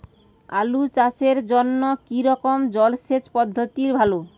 আলু চাষের জন্য কী রকম জলসেচ পদ্ধতি ভালো?